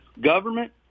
government